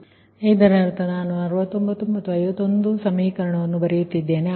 ಇದರರ್ಥ ನಾನು 69 ಮತ್ತು 51 ಸಮೀಕರಣವನ್ನು ಬರೆಯುತ್ತಿದ್ದೇನೆ